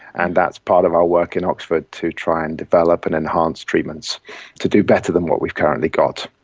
and that's part of our work in oxford, to try and develop and enhance treatments to do better than what we've currently got.